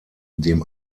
dem